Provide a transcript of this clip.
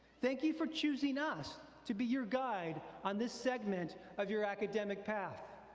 thank you for choosing us to be your guide on this segment of your academic path.